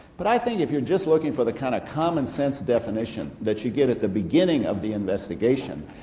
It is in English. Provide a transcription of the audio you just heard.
but i think if you're just looking for the kind of commonsense definition that you get at the beginning of the investigation,